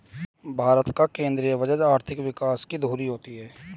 भारत का केंद्रीय बजट आर्थिक विकास की धूरी होती है